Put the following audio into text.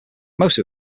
most